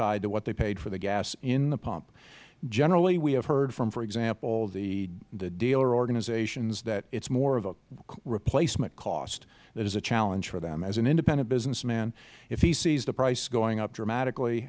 tied to what they paid for the gas in the pump generally we have heard from for example the dealer organizations that it is more of a replacement cost that is a challenge for them as an independent businessman if he sees the price going up dramatically